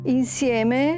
insieme